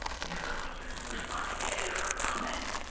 and you feel like you have to respond to every comment,